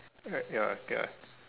ya ya ya